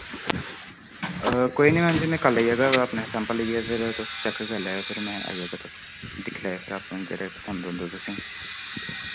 कोई नि मैम जी मैं कल आई जागा अपने सैंपल लेइयै फिर तुस चैक कर लैयो फिर मैं आई जागा तुस दिक्ख लैएओ फिर अपने जेह्ड़े पसंद औंदा तुसें